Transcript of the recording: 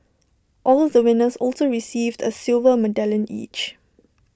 all the winners also received A silver medallion each